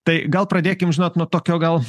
tai gal pradėkim žinot nuo tokio gal